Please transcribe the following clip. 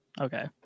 Okay